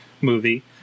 movie